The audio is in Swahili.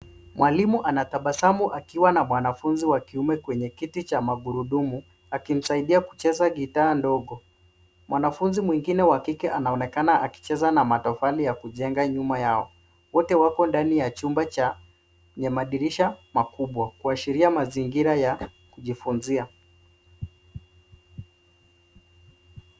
Mwalimu anatabasamu akiwa na mwanafunzi wa kiume kwenye kiti cha magurudumu , akimsaidia kucheza gitaa ndogo. Mwanafunzi mwingine wa kike anaonekana akicheza na matofali ya kujenga nyuma yao. Wote wako ndani ya chumba cha yenye madirisha makubwa kuashiria mazingira ya kujifunzia.